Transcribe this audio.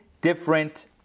different